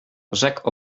rzekł